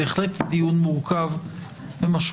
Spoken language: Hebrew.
זה בהחלט דיון מורכב ומשמעותי.